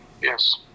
yes